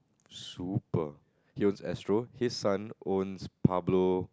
super he owns Astro his son owns Pablo